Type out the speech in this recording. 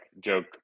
joke